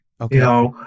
Okay